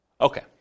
Okay